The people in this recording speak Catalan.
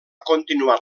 continuat